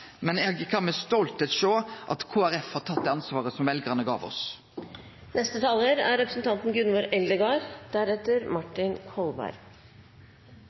men eg kan med stoltheit sjå at Kristeleg Folkeparti har tatt det ansvaret som veljarane gav